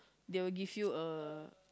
they will give you a